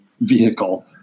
vehicle